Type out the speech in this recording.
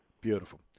beautiful